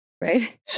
right